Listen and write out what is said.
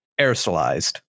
aerosolized